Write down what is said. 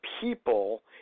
people